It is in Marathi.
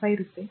5 रुपये